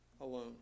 alone